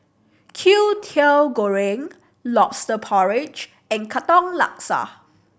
Kwetiau Goreng Lobster Porridge and Katong Laksa